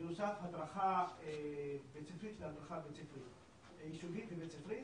בנוסף הדרכה בית ספרית להדרכה היישובית ובית ספרית.